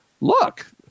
look